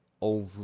over